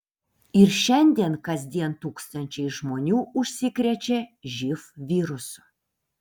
ir šiandien kasdien tūkstančiai žmonių užsikrečia živ virusu